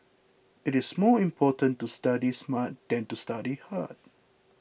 it is more important to study smart than to study hard